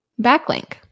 Backlink